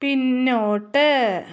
പിന്നോട്ട്